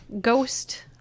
ghost